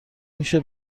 میشه